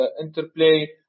interplay